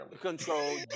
control